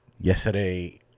Yesterday